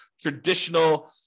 traditional